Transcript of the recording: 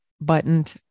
buttoned